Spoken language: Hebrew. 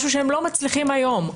משהו שהם לא מצליחים היום.